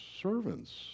servants